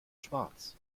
schwarz